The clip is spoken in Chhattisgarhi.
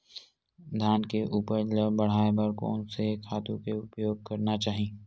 धान के उपज ल बढ़ाये बर कोन से खातु के उपयोग करना चाही?